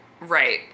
Right